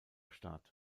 start